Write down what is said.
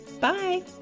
Bye